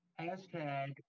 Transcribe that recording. Hashtag